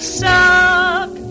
suck